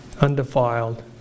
undefiled